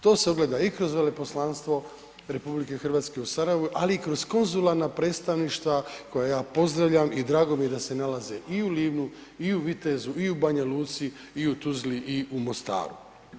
To se ogleda i kroz Veleposlanstvo RH u Sarajevu, ali kroz konzularna predstavništva koja ja pozdravljam i drago mi je da se nalaze i u Livnu i u Vitezu i u Banja Luci i u Tuzli i u Mostaru.